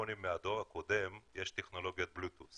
בטלפונים מהדור הקודם יש טכנולוגיית Bluetooth.